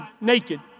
naked